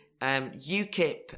UKIP